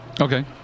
Okay